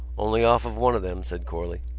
only off of one of them, said corley.